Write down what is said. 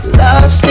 lost